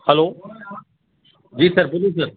hello جی sir بولیے سر